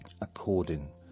according